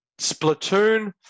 Splatoon